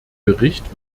bericht